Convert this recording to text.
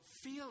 feel